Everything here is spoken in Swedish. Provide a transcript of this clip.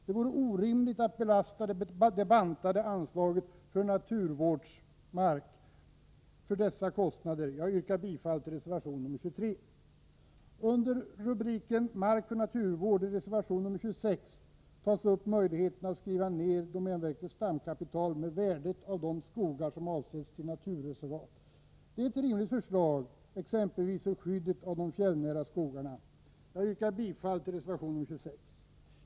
Det vore orimligt att belasta det bantade anslaget för naturvårdsmark med dessa kostnader. Jag yrkar bifall till reservation 23. Under rubriken Mark för naturvård tas i reservation 26 upp möjligheterna att skriva ned domänverkets stamkapital med värdet av de skogar som avsätts till naturreservat. Det är ett rimligt förslag, exempelvis med tanke på skyddet av de fjällnära skogarna. Jag yrkar bifall till reservation 26.